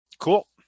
Cool